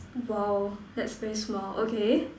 !wow! that's very small okay